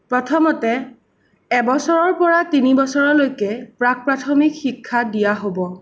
প্ৰথমতে এবছৰৰ পৰা তিনি বছৰলৈকে প্ৰাক প্ৰাথমিক শিক্ষা দিয়া হ'ব